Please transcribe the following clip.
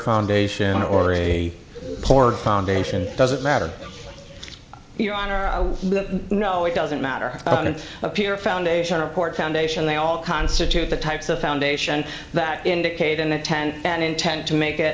foundation or a poor foundation doesn't matter your honor no it doesn't matter don't appear foundation report foundation they all constitute the types of foundation that indicate an intent and intent to make it